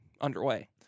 underway